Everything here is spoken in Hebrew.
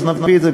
אז נביא את זה,